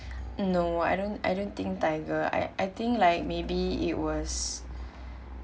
no I don't I don't think tiger I I think like maybe it was